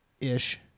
Ish